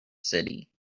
city